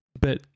but-